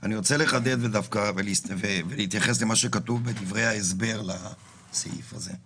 אני רוצה לחדד ולהתייחס אל מה שכתוב בדברי ההסבר לסעיף הזה.